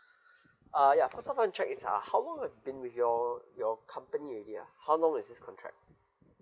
uh ya first of all I want to check is uh how long I've been with your your company already ah how long is this contract